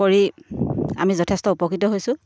কৰি আমি যথেষ্ট উপকৃত হৈছোঁ